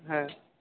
হয়